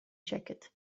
jacket